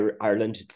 Ireland